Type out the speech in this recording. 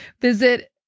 Visit